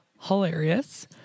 hilarious